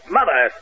Mother